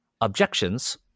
objections